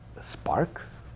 sparks